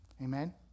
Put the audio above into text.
Amen